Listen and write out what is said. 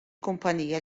kumpanija